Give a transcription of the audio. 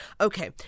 Okay